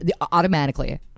Automatically